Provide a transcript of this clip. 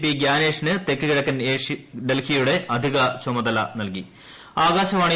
P ഗ്യാനേഷിന് കൃത്രക്ക് കിഴക്കൻ ഡൽഹിയുടെ അധിക ചുമതല നൽകി